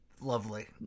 Lovely